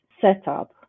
setup